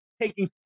taking